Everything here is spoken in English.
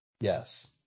Yes